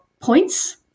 points